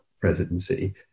presidency